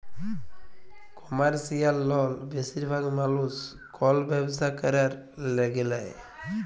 commercial লল বেশিরভাগ মালুস কল ব্যবসা ক্যরার ল্যাগে লেই